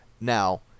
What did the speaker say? Now